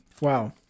Wow